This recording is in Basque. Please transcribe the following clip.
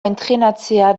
entrenatzea